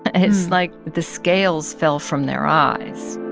ah it's like the scales fell from their eyes.